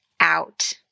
out